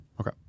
Okay